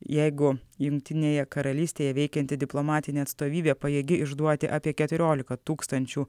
jeigu jungtinėje karalystėje veikianti diplomatinė atstovybė pajėgi išduoti apie keturiolika tūkstančių